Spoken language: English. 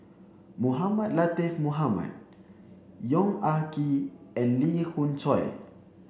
Mohamed Latiff Mohamed Yong Ah Kee and Lee Khoon Choy